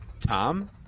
tom